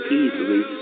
easily